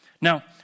Now